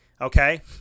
Okay